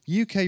UK